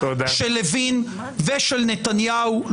של לוין ושל נתניהו.